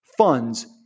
funds